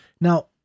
Now